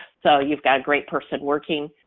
so you've got a great person working,